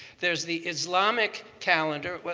there's the islamic calendar.